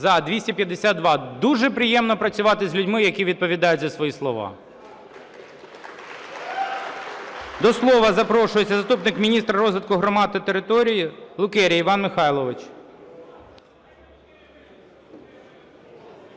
За-252 Дуже приємно працювати з людьми, які відповідають за свої слова. До слова запрошується заступник міністра розвитку громад і територій Лукеря Іван Михайлович.